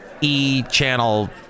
E-channel